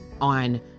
on